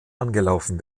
angelaufen